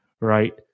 right